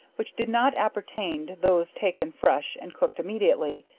which did not appertain to those taken fresh and cooked immediately,